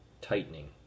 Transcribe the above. tightening